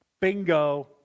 Bingo